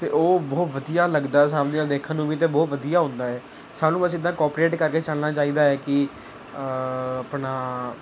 ਅਤੇ ਉਹ ਬਹੁਤ ਵਧੀਆ ਲੱਗਦਾ ਸਾਹਮਣੇ ਵਾਲੇ ਦੇਖਣ ਨੂੰ ਵੀ ਅਤੇ ਬਹੁਤ ਵਧੀਆ ਹੁੰਦਾ ਹੈ ਸਾਨੂੰ ਬਸ ਇੱਦਾਂ ਕੋਪਰੇਟ ਕਰਕੇ ਚੱਲਣਾ ਚਾਹੀਦਾ ਹੈ ਕਿ ਆਪਣਾ